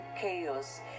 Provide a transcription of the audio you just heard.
chaos